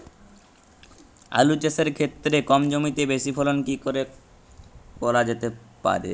আলু চাষের ক্ষেত্রে কম জমিতে বেশি ফলন কি করে করা যেতে পারে?